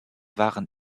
waren